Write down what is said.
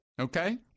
Okay